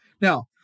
Now